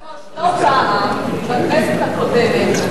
אדוני היושב-ראש, לא פעם, בכנסת הקודמת,